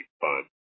fun